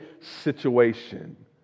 situation